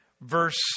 verse